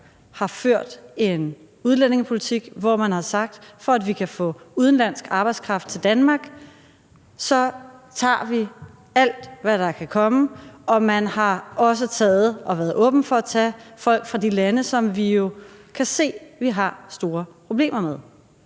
har ført en udlændingepolitik, hvor man har sagt, at for at vi kan få udenlandsk arbejdskraft til Danmark, tager vi alt, hvad der kan komme, og man har også taget og været åben for at tage folk fra de lande, som vi jo kan se vi har store problemer med.